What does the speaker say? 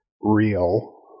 real